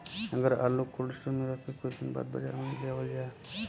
अगर आलू cold storage में रख के कुछ दिन बाद बाजार में लियावल जा?